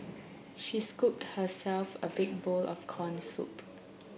she scooped herself a big bowl of corn soup